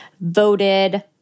voted